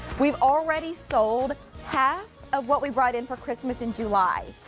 we've already sold half of what we brought in for christmas in july.